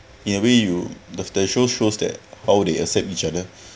in a way you the show shows that how they accept each other